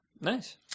Nice